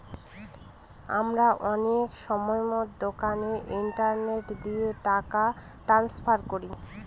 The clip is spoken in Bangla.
আমরা অনেক সময়তো দোকানে ইন্টারনেট দিয়ে টাকা ট্রান্সফার করি